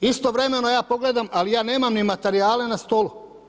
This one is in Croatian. Istovremeno ja pogledam ali ja nemam ni materijale na stolu.